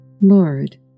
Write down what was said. Lord